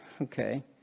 okay